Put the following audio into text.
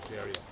area